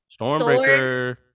Stormbreaker